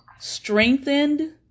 strengthened